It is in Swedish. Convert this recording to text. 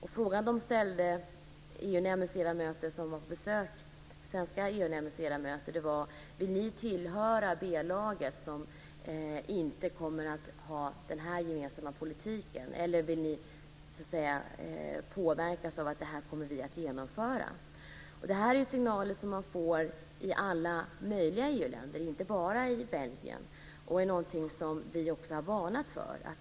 Den fråga de ställde till de besökande svenska EU-nämndsledamöterna var: Vill ni tillhöra B-laget, som inte kommer att ha den här gemensamma politiken, eller vill ni påverkas av att det här kommer vi att genomföra? Det här är signaler som man får i alla möjliga EU länder, inte bara i Belgien, och det är något som också vi har varnat för.